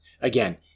Again